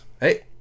Hey